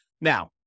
Now